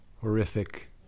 horrific